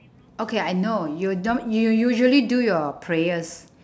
okay I know you don~ you will usually do your prayers